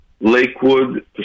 Lakewood